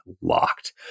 locked